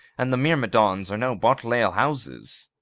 and the myrmidons are no bottle-ale houses.